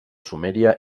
sumèria